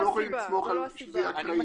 אנחנו לא יכולים לסמוך שזה יהיה אקראי.